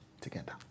together